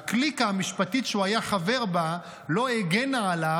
הקליקה המשפטית שהוא היה חבר בה לא הגנה עליו